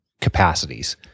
capacities